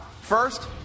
First